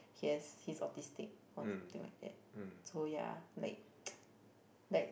yes he's autistic or something like that so yeah like like